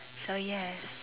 so yes